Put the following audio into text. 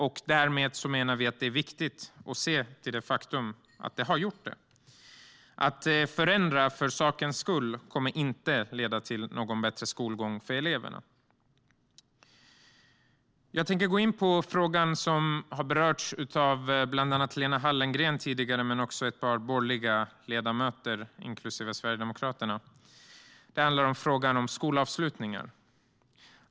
Vi menar att det är viktigt att se till detta faktum. Att förändra för sin egen skull kommer inte att leda till bättre skolgång för eleverna. Jag tänker gå in på en fråga som berörts av bland andra Lena Hallengren och ett par borgerliga ledamöter tidigare, inklusive Sverigedemokraterna. Det handlar om frågan om skolavslutningar.